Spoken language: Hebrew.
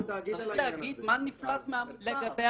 צריך להגיד מה נפלט מהמוצר.